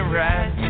right